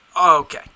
Okay